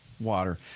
water